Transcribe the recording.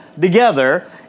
together